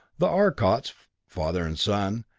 the arcots, father and son,